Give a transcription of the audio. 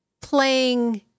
playing